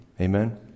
Amen